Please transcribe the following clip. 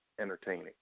entertaining